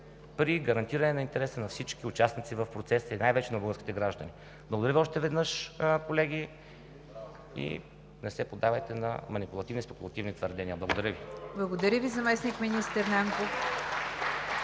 при гарантиране на интереса на всички участници в процесите, и най-вече на българските граждани. Благодаря Ви още веднъж, колеги, и не се поддавайте на манипулативни и спекулативни твърдения! Благодаря Ви. (Ръкопляскания от